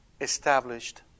established